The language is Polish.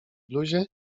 bluzie